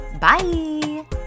bye